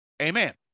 Amen